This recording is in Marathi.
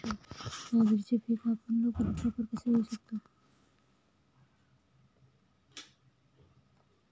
बाजरीचे पीक आपण लवकरात लवकर कसे घेऊ शकतो?